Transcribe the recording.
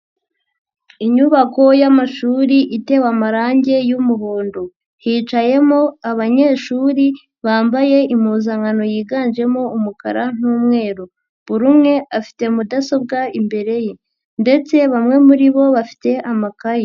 Inyubako y'amashuri itewe amarangi y'umuhondo hicayemo abanyeshuri bambaye impuzankano yiganjemo umukara n'umweru, buri umwe afite mudasobwa imbere ye ndetse bamwe muri bo bafite amakayi.